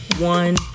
one